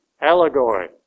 allegory